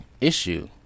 issue